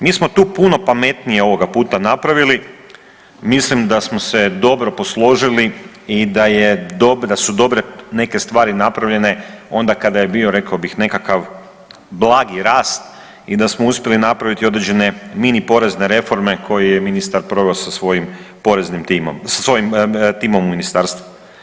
Mi smo tu puno pametnije ovoga puta napravili, mislim da smo se dobro posložili i da su dobre neke stvari napravljene onda kada je bio rekao bih nekakav blagi rast i da smo uspjeli napraviti određene mini porezne reforme koje je ministar proveo sa svojim poreznim timom, sa svojim timom u ministarstvu.